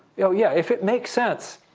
yeah yeah, if it makes sense,